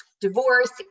divorce